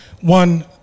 one